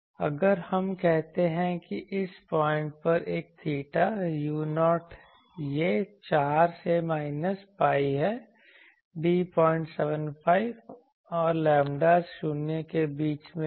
और हम कहते हैं कि इस पॉइंट पर एक थीटा u0 यह 4 से माइनस pi है d 075 और लैम्ब्डा 0 के बीच में है